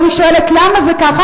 ואני שואלת: למה זה ככה?